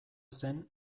zen